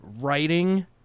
writing